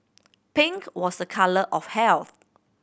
pink was a colour of health